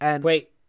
Wait